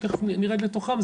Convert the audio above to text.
שתכף נרד לתוכן,